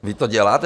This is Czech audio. Vy to děláte?